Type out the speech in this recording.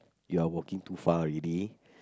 you're walking too far already